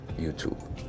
YouTube